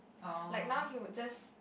like now he would just